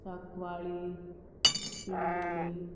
Sancoale सिंदोले